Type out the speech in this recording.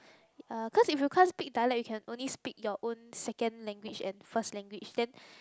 uh cause if you can't speak dialect you can only speak your own second language and first language then